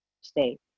state